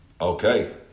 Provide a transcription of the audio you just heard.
Okay